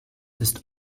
ist